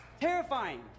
Terrifying